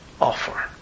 offer